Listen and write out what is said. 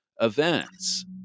events